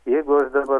jeigu aš dabar